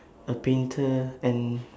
a painter and